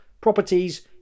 properties